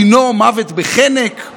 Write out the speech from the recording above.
דינו מוות בחנק.